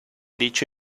dicho